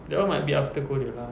that one might be after korea lah